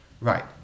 right